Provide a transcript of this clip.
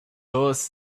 horse